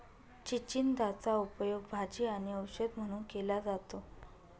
चिचिंदाचा उपयोग भाजी आणि औषध म्हणून केला जातो